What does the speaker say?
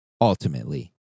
ultimately